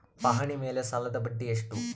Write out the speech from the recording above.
ಪಹಣಿ ಮೇಲೆ ಸಾಲದ ಬಡ್ಡಿ ಎಷ್ಟು?